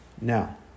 now